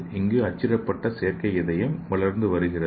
இங்கு அச்சிடப்பட்ட செயற்கை இதயம் வளர்ந்து வருகிறது